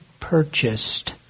purchased